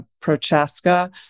Prochaska